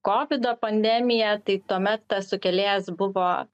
kovido pandemija tai tuomet tas sukėlėjas buvo